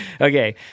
Okay